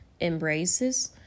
embraces